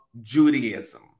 Judaism